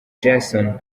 jason